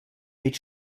mit